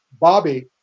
Bobby